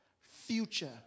future